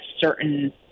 certain